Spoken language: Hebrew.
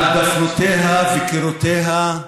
על דופנותיה וקירותיה,